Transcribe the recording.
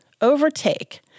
overtake